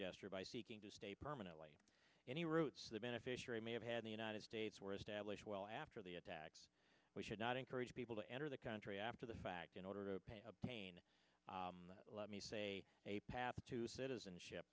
gesture by seeking to stay permanently any roots the beneficiary may have had the united states were established well after the attacks we should not encourage people to enter the country after the fact in order to obtain let me say a path to citizenship